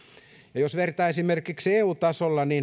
ja jos vertaa esimerkiksi eu tasolla